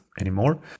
anymore